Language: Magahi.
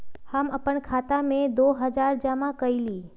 हम अपन खाता में दो हजार जमा कइली